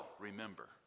remember